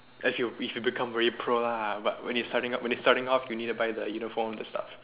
as you if you become very pro lah but when you starting out when you starting out you need to buy the uniform and all the stuff